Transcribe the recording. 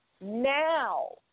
Now